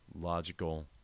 logical